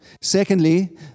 Secondly